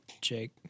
jake